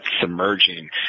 Submerging